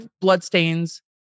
bloodstains